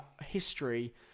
history